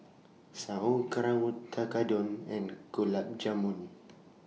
Sauerkraut Tekkadon and Gulab Jamun